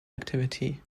activity